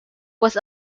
was